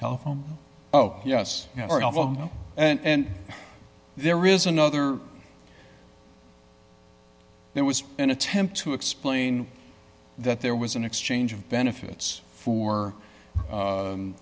telephone oh yes you are novel and there is another there was an attempt to explain that there was an exchange of benefits for